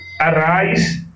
Arise